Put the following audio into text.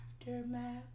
aftermath